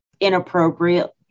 inappropriate